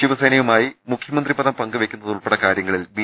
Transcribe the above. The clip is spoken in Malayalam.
ശിവസേനയുമായി മുഖ്യമന്ത്രി പദം പങ്കുവെക്കുന്നതുൾപ്പെടെ കാര്യങ്ങളിൽ ബി